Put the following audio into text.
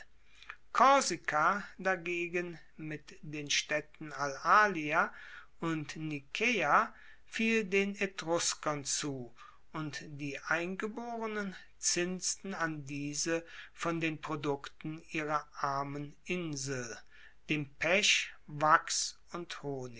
korsika dagegen mit den staedten alalia und nikaea fiel den etruskern zu und die eingeborenen zinsten an diese von den produkten ihrer armen insel dem pech wachs und honig